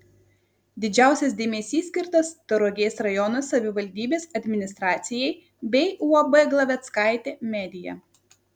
didžiausias dėmesys skirtas tauragės rajono savivaldybės administracijai bei uab glaveckaitė media